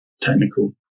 technical